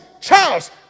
Charles